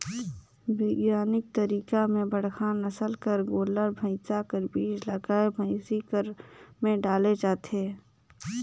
बिग्यानिक तरीका में बड़का नसल कर गोल्लर, भइसा कर बीज ल गाय, भइसी कर में डाले जाथे